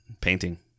painting